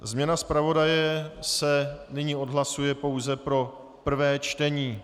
Změna zpravodaje se nyní odhlasuje pouze pro prvé čtení.